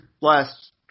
last